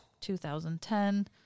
2010